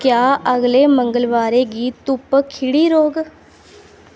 क्या अगले मंगलबारै गी धुप्प खिड़ी रौह्ग